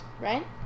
right